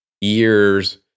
years